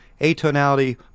atonality